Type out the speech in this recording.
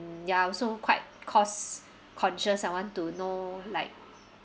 ya also quite cost conscious I want to know like